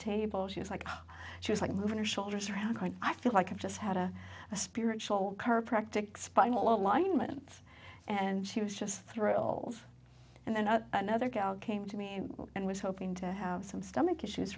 table she was like she was like moving her shoulders around i feel like i'm just had a spiritual curve practic spinal alignment and she was just thrilled and then another gal came to me and was hoping to have some stomach issues